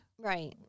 Right